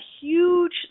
huge